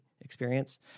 experience